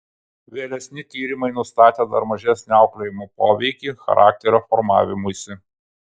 vėlesni tyrimai nustatė dar mažesnį auklėjimo poveikį charakterio formavimuisi